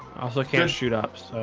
i also, can't shoot ups.